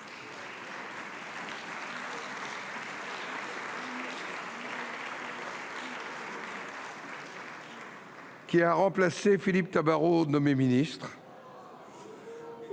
qui a remplacé Philippe Tabarot, nommé ministre.